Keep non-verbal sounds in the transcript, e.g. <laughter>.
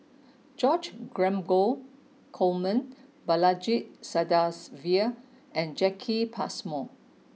<noise> George Dromgold Coleman Balaji Sadasivan and Jacki Passmore